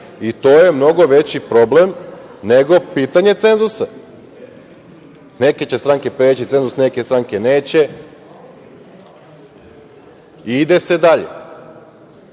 i to je mnogo veći problem nego pitanje cenzusa. Neke će stranke preći cenzus, neke stranke neće i ide se dalje.